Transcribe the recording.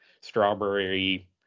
strawberry